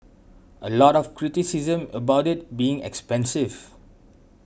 a lot of criticism about it being expensive